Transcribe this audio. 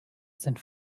sind